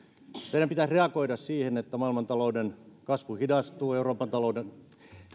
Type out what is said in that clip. teidän pitäisi reagoida siihen että maailmantalouden kasvu hidastuu euroopan talouden